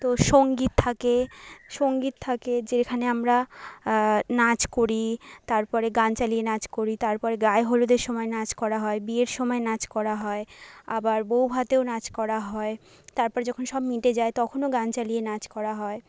তো সঙ্গীত থাকে সঙ্গীত থাকে যেখানে আমরা নাচ করি তারপরে গান চালিয়ে নাচ করি তারপর গায়ে হলুদের সময় নাচ করা হয় বিয়ের সময় নাচ করা হয় আবার বৌভাতেও নাচ করা হয় তারপরে যখন সব মিটে যায় তখনও গান চালিয়ে নাচ করা হয়